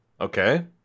Okay